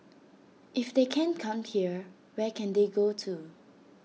if they can't come here where can they go to